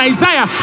Isaiah